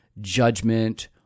judgment